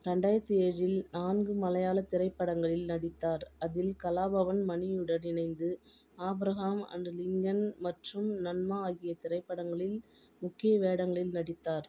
ரெண்டாயிரத்தி ஏழில் நான்கு மலையாள திரைப்படங்களில் நடித்தார் அதில் கலாபவன் மணியுடன் இணைந்து ஆப்ரகாம் அண்டு லிங்கன் மற்றும் நன்மா ஆகிய திரைப்படங்களில் முக்கிய வேடங்களில் நடித்தார்